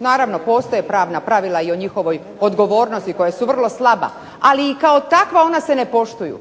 Naravno postoje pravna pravila i o njihovoj odgovornosti koje su vrlo slaba, ali i kao takva ona se ne poštuju.